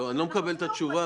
אני לא מקבל את התשובה.